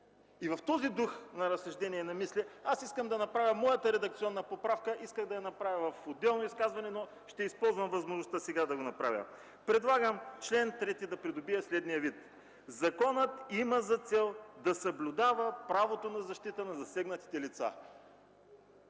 В този дух на разсъждения и мисли аз искам да направя моята редакционна поправка, аз исках да я направя в отделно изказване, но ще използвам възможността сега да го направя. Предлагам чл. 3 да придобие следния вид: „Законът има за цел да съблюдава правото на защита на засегнатите лица”.